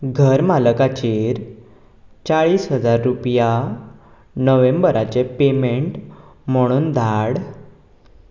घर मालकाचेर चाळीस हजार रुपया नोव्हेंबराचे पेमँट म्हणून धाड